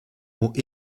mots